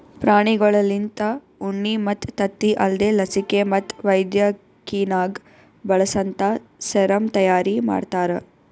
ಪ್ರಾಣಿಗೊಳ್ಲಿಂತ ಉಣ್ಣಿ ಮತ್ತ್ ತತ್ತಿ ಅಲ್ದೇ ಲಸಿಕೆ ಮತ್ತ್ ವೈದ್ಯಕಿನಾಗ್ ಬಳಸಂತಾ ಸೆರಮ್ ತೈಯಾರಿ ಮಾಡ್ತಾರ